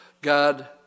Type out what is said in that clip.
God